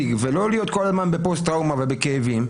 ולא להיות כל הזמן בפוסט-טראומה ובכאבים.